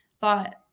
thought